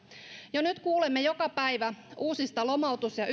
jo nyt kuulemme joka päivä uusista lomautus ja